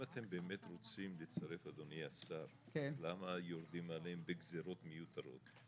אם אתם באמת רוצים לצרף אז למה יורדים עליהם בגזרות מיותרות?